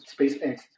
SpaceX